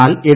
എന്നാൽ എൻ